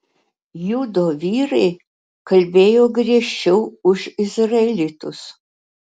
judo vyrai kalbėjo griežčiau už izraelitus